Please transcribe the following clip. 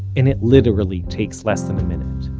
and it literally takes less than a minute.